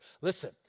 Listen